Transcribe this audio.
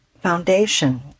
Foundation